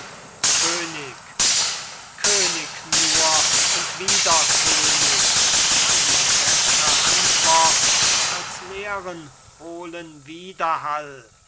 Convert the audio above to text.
könig könig nur und wieder könig keine beßre antwort als leeren hohlen widerhall